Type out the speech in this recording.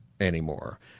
anymore